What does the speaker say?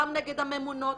גם נגד הממונות,